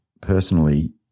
personally